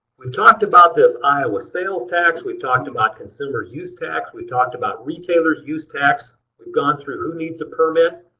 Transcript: talked about this iowa sales tax. we talked about consumer's use tax. we talked about retailer's use tax. we've gone through who needs a permit.